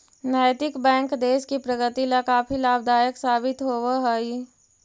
नैतिक बैंक देश की प्रगति ला काफी लाभदायक साबित होवअ हई